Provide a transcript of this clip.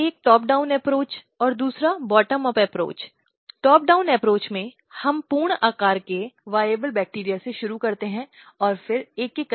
slide समय देखें 2613 डाल दिया गया है आप जानते हैं इस तरह की हिंसा को उसके चेहरे और उसके शरीर पर एसिड फेंक कर